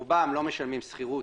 רובם לא משלמים שכירות,